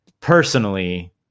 personally